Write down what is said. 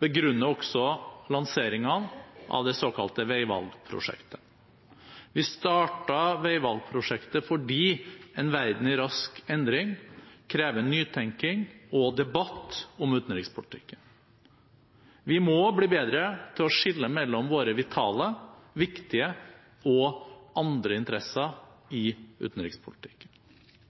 begrunner også lanseringen av det såkalte Veivalg-prosjektet. Vi startet Veivalg-prosjektet fordi en verden i rask endring krever nytenking og debatt om utenrikspolitikken. Vi må bli bedre til å skille mellom våre vitale, viktige og andre interesser i utenrikspolitikken.